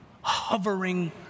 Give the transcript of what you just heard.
hovering